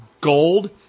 gold